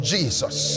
Jesus